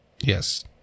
yes